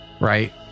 Right